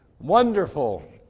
Wonderful